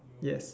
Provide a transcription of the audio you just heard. yes